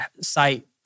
site